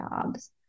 jobs